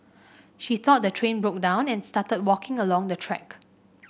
she thought the train broke down and started walking along the track